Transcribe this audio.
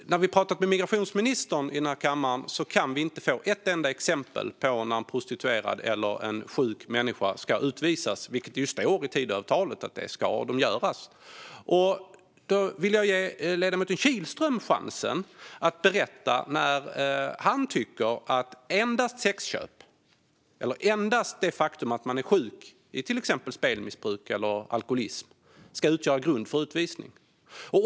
När vi pratar med migrationsministern i den här kammaren kan vi inte få ett enda ett enda exempel på när en prostituerad eller en sjuk människa ska utvisas, vilket det ju står i Tidöavtalet att de ska. Då vill jag ge ledamoten Kihlström chansen att berätta när han tycker att endast det faktum att man säljer sex eller att man är sjuk i till exempel spelmissbruk eller alkoholism ska utgöra grund för utvisning.